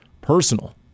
personal